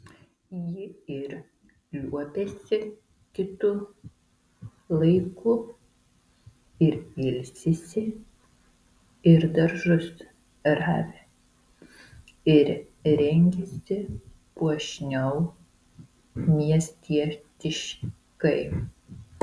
ji ir liuobiasi kitu laiku ir ilsisi ir daržus ravi ir rengiasi puošniau miestietiškai